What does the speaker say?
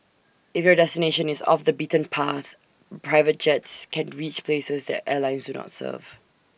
if your destination is off the beaten path private jets can reach places that airlines do not serve